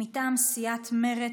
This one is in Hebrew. מטעם סיעת מרצ,